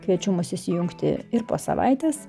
kviečiu mus įsijungti ir po savaitės